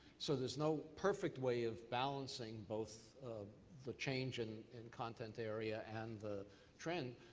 so there's no perfect way of balancing both the change in in content area and the trend.